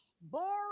Boring